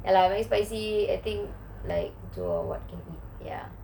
very spicy I think like two or what can eat ya